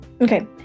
okay